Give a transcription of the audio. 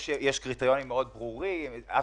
יש קריטריונים מאוד ברורים.